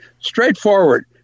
Straightforward